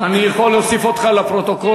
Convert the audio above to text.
אני יכול להוסיף אותך לפרוטוקול,